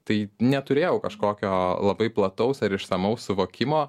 tai neturėjau kažkokio labai plataus ar išsamaus suvokimo